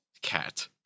Cat